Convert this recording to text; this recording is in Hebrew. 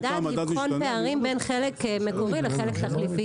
אין המטרה של המדד לבחון פערים בין חלק מקורי לחלק תחליפי.